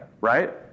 right